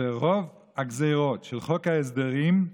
ורוב הגזרות של חוק ההסדרים,